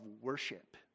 worship